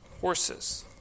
Horses